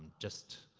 just,